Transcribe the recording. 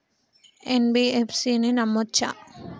NBFC ని నమ్మచ్చా?